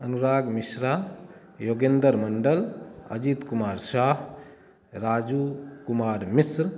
Anurag Mishra Yogender Mandal Ajit Kumar Sah Raju Kumar Mishra